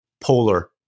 polar